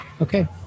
okay